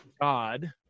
God